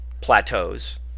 plateaus